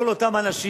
עוד כמה אנשים,